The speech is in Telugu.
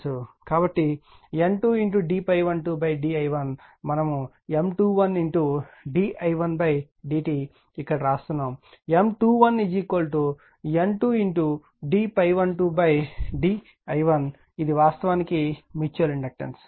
కాబట్టి N 2d ∅12d i 1 మన ము M 21d i 1dt ఇక్కడ వ్రాస్తున్నాము M 21 N 2d ∅12d i 1 ఇది వాస్తవానికి మ్యూచువల్ ఇండక్టెన్స్